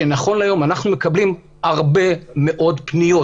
כשנכון להיום אנחנו מקבלים הרבה מאוד פניות